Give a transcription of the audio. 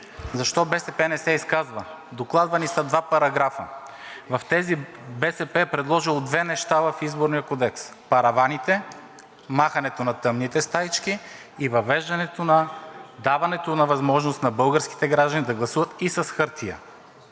защо БСП не се изказва? Докладвани са два параграфа. БСП е предложила две неща в Изборния кодекс – параваните, махането на тъмните стаички и въвеждането, даването на възможност на българските граждани да гласуват и с хартия.